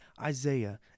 Isaiah